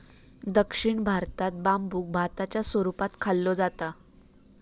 दक्षिण भारतात बांबुक भाताच्या स्वरूपात खाल्लो जाता